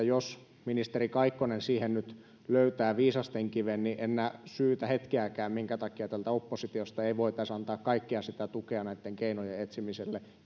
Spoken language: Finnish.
jos ministeri kaikkonen siihen nyt löytää viisastenkiven niin en näe hetkeäkään syytä minkä takia täältä oppositiosta ei voitaisi antaa kaikkea tukea näitten keinojen etsimiselle